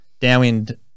downwind